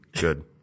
good